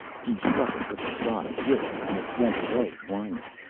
he struck it with a rod of willow, and it went away whining.